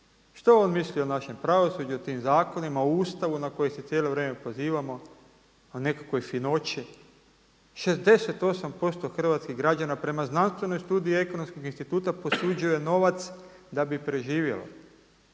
Što on misli o našem pravosuđu, o tim zakonima, o Ustavu na koji se cijelo vrijeme pozivamo, o nekakvoj finoći. 68% hrvatskih građana prema znanstvenoj studiji Ekonomskog instituta posuđuje novac da bi preživjelo.